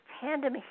tandem